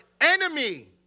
enemy